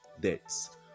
debts